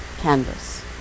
canvas